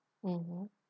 mmhmm